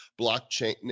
blockchain